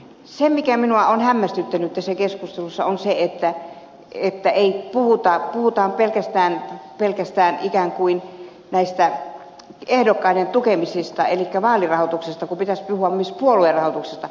se mikä minua on hämmästyttänyt tässä keskustelussa on se että puhutaan pelkästään näistä ehdokkaiden tukemisista elikkä vaalirahoituksesta kun pitäisi puhua myös puoluerahoituksesta